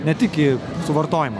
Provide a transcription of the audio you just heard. ne tik į suvartojimą